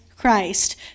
Christ